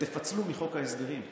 ותפצלו מחוק ההסדרים חוקים,